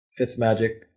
Fitzmagic